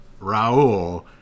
raul